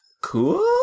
cool